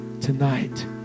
tonight